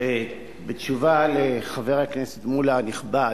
בתשובה לחבר הכנסת מולה הנכבד,